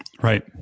Right